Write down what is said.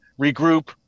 regroup